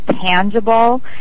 tangible